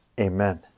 Amen